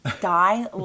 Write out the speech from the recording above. die